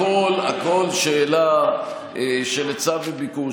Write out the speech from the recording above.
הכול שאלה של היצע וביקוש,